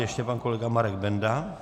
Ještě pan kolega Marek Benda.